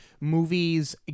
movies